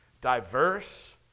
diverse